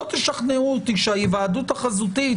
לא תשכנעו אותי שההיוועדות החזותית